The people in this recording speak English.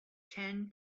ten